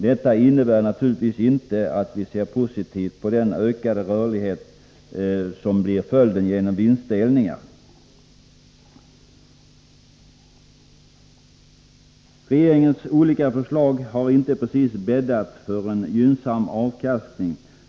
Detta innebär naturligtvis inte att vi ser positivt på den ökade rörlighet som blir följden Regeringens olika förslag har inte precis bäddat för en gynnsam avkastning.